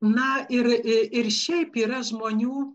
na ir ir šiaip yra žmonių